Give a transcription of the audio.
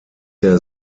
der